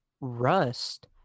Rust